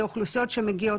זה אוכלוסיות שמגיעות,